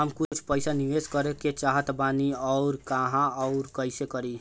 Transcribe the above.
हम कुछ पइसा निवेश करे के चाहत बानी और कहाँअउर कइसे करी?